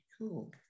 cool